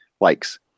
likes